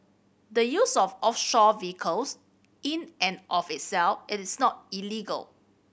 the use of offshore vehicles in and of itself it is not illegal